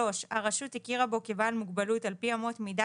הרשות הכירה בו כבעל מוגלות על פי אמות מידה